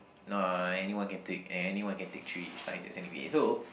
no anyone can take anyone can take three Sciences anyway so